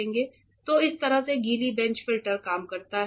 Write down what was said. तो इस तरह से गीली बेंच फिल्टर काम करता है